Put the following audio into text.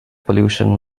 pollution